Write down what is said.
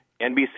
NBC